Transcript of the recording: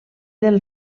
del